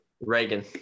Reagan